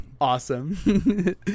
awesome